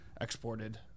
exported